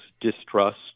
distrust